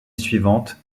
suivante